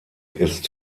ist